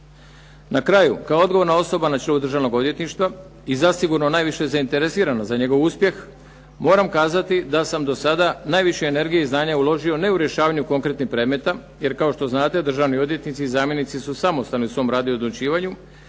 Na kraju kao odgovorna osoba na čelu Državnog odvjetništva i zasigurno najviše zainteresirana za njegov uspjeh moram kazati da sam do sada najviše energije i znanja uložio ne u rješavanje konkretnih predmeta, jer kao što znate državni odvjetnici i zamjenici su samostalni u svom radu i odlučivanju,